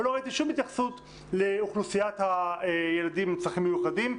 אבל לא ראיתי שום התייחסות לאוכלוסיית הילדים עם הצרכים המיוחדים,